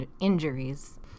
injuries